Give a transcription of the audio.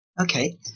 Okay